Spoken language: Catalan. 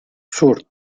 surt